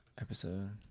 Episode